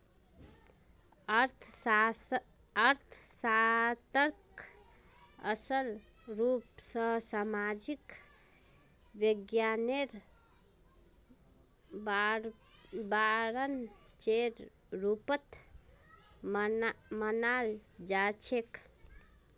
अर्थशास्त्रक असल रूप स सामाजिक विज्ञानेर ब्रांचेर रुपत मनाल जाछेक